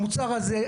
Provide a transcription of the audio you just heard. המוצר הזה,